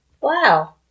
Wow